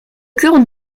cours